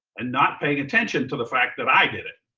and not paying attention to the fact that i did it.